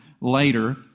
later